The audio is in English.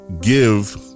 give